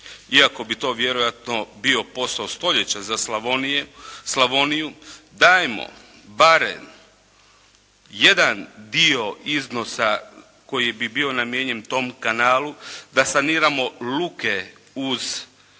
iako bi to vjerojatno bio posao stoljeća za Slavoniju, dajmo barem jedan dio iznosa koji bi bio namijenjen tom kanalu da saniramo luke uz naše